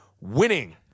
winning